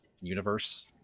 universe